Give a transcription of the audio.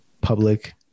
public